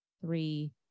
three